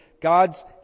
God's